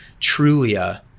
Trulia